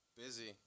busy